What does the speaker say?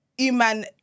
Iman